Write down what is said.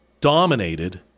dominated